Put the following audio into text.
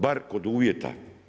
Bar kod uvjeta.